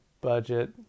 budget